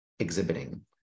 exhibiting